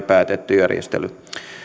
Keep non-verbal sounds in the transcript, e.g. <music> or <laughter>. <unintelligible> päätetty järjestely